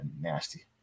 Nasty